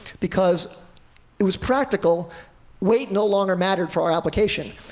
because it was practical weight no longer mattered for our application.